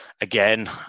again